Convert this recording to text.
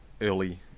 early